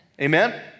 Amen